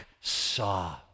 saw